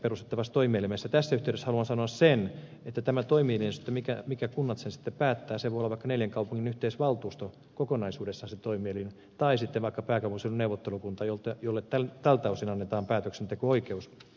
tässä yhteydessä haluan sanoa sen että tämä toimielin minkä kunnat sitten päättävät voi olla vaikka neljän kaupungin yhteisvaltuusto kokonaisuudessaan tai sitten vaikka pääkaupunkiseudun neuvottelukunta jolle tältä osin annetaan päätöksenteko oikeus